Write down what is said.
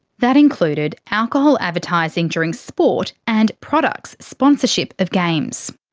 that included alcohol advertising during sport and products' sponsorship of games.